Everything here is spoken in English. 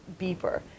beeper